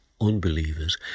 unbelievers